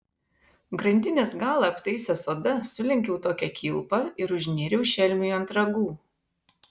grandinės galą aptaisęs oda sulenkiau tokią kilpą ir užnėriau šelmiui ant ragų